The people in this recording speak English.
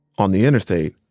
on the interstate,